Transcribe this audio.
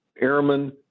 airmen